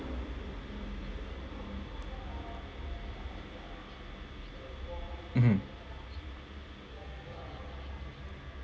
mmhmm